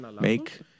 make